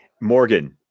Morgan